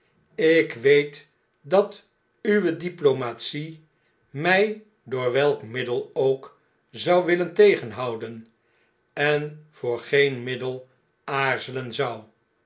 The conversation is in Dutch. j door welk middel ook zou wilier tegenhouden en voor geen middel aarzelen zou